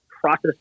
process